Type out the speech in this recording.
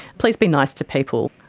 please be nice to people.